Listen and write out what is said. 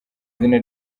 izina